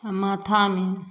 आओर माथामे